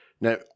now